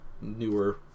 newer